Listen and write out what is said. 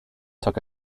took